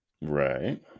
right